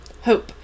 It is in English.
hope